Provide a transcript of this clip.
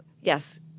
yes